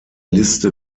liste